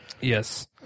Yes